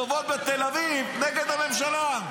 לכתוב כתובות בתל אביב נגד הממשלה.